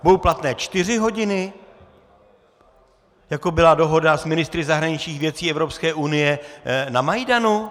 Budou platné čtyři hodiny, jako byla dohoda s ministry zahraničních věcí EU na Majdanu?